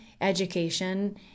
education